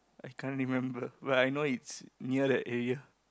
I can't remember but I know it's near the area